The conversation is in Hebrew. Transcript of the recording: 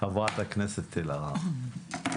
חברת הכנסת אלהרר, בבקשה.